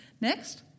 Next